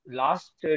last